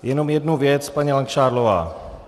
Jenom jednu věc, paní Langšádlová.